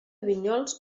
vinyols